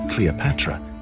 Cleopatra